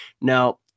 Now